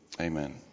Amen